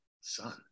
son